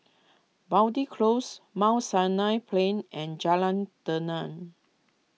Boundy Close Mount Sinai Plain and Jalan Tenang